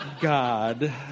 God